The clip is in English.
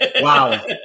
Wow